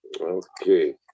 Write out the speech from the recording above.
okay